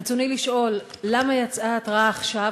רצוני לשאול: 1. למה יצאה התראה עכשיו,